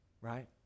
right